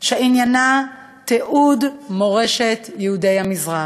שעניינה תיעוד מורשת יהודי המזרח,